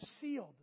sealed